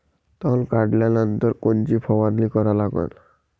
तन काढल्यानंतर कोनची फवारणी करा लागन?